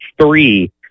three